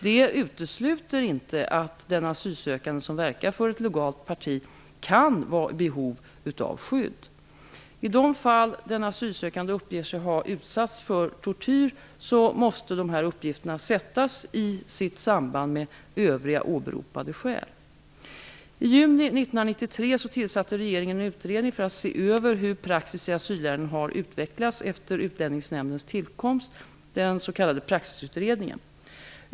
Detta utesluter inte att den asylsökande som verkar för ett legalt parti kan vara i behov av skydd. I de fall som den asylsökande uppger sig ha utsatts för tortyr måste dessa uppgifter sättas i samband övriga åberopade skäl. I juni 1993 tillsatte regeringen en utredning för att se över hur praxis i asylärenden har utvecklats efter Praxisutredningen.